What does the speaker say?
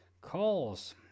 calls